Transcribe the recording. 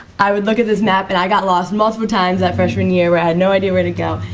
i would look at this map and i got lost multiple times that freshman year where i had no idea where to go.